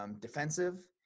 Defensive